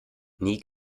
nie